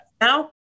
now